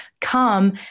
come